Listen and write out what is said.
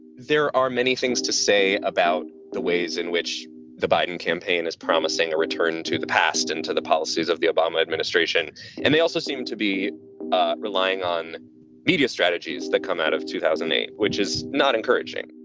there are many things to say about the ways in which the biden campaign is promising a return to the past and to the policies of the obama administration and they also seem to be relying on media strategies that come out of two thousand and eight, which is not encouraging